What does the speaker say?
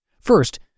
First